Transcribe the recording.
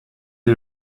est